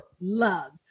Love